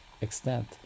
extent